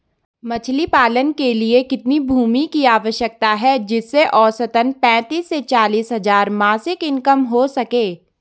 मछली पालन के लिए कितनी भूमि की आवश्यकता है जिससे औसतन पैंतीस से चालीस हज़ार मासिक इनकम हो सके?